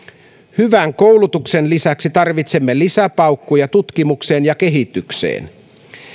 hyvän koulutuksen lisäksi tarvitsemme lisäpaukkuja tutkimukseen ja kehitykseen